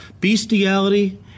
bestiality